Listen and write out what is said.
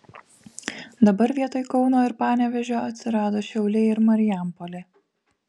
dabar vietoj kauno ir panevėžio atsirado šiauliai ir marijampolė